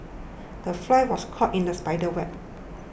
the fly was caught in the spider's web